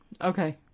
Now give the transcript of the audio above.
okay